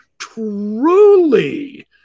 truly